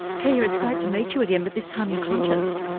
kia, it's great to meet you again but this time you're conscious.